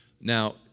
Now